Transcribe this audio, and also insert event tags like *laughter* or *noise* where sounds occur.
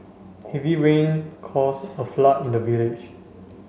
*noise* heavy rain cause a flood in the village